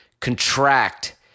contract